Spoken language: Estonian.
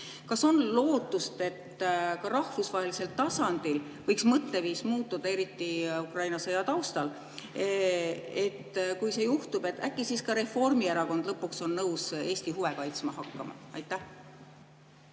kas on lootust, et ka rahvusvahelisel tasandil võiks mõtteviis muutuda, eriti Ukraina sõja taustal? Kui see juhtub, äkki siis ka Reformierakond on lõpuks nõus Eesti huve kaitsma hakkama? Aitäh,